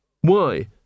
Why